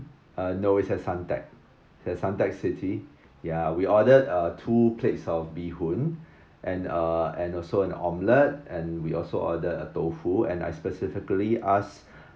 uh no it's at suntec at suntec city ya we ordered uh two plates of bee hoon and uh and also an omelet and we also ordered a tofu and I specifically ask